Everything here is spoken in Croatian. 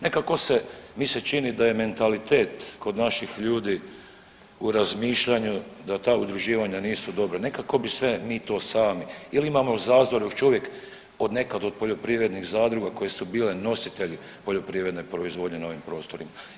Nekako mi se čini da je mentalitet kod naših ljudi u razmišljanju da ta udruživanja nisu dobra, nekako bi sve mi to sami ili imamo u zazoru, čovjek od nekad od poljoprivrednih zadruga koje su bile nositelji poljoprivredne proizvodnje na ovim prostorima.